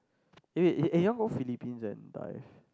eh wait you want go Philippines and dive